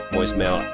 Voicemail